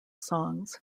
songs